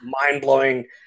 mind-blowing